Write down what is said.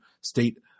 state